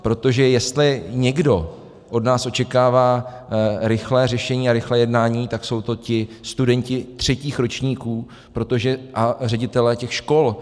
Protože jestli někdo od nás očekává rychlé řešení a rychlé jednání, tak jsou to ti studenti třetích ročníků a ředitelé škol.